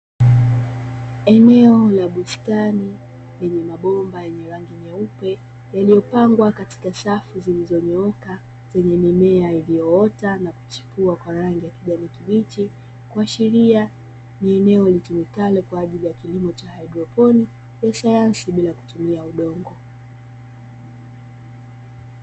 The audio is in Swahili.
Eneo la bustani lenye mabomba yenye rangi nyeupe yaliyopangwa katika safu zilizonyooka, zenye mimea ikiyoota na kuchipua kwa rangi ya kijani kibichi, kuashiria ni eneo litumikalo kwa kilimo cha haidroponi ya sayansi bila kutumia udongo.